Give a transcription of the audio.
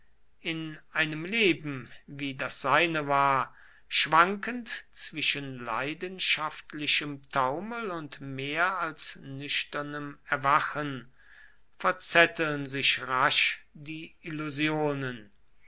in einem leben wie das seine war schwankend zwischen leidenschaftlichem taumel und mehr als nüchternem erwachen verzetteln sich rasch die illusionen